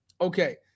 Okay